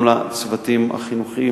גם לצוותים החינוכיים,